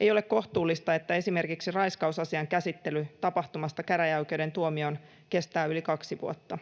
Ei ole kohtuullista, että esimerkiksi raiskausasian käsittely tapahtumasta käräjäoikeuden tuomioon kestää yli kaksi vuotta.